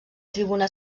tribuna